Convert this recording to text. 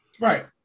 Right